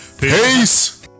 Peace